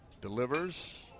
delivers